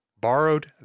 borrowed